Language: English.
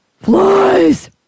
flies